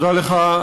תודה לך.